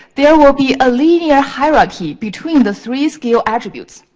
there will be a linear hierarchy between the three skill attributes.